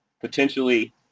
potentially